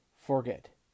Forget